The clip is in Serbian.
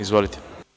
Izvolite.